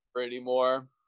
anymore